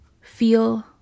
feel